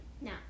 No